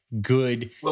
good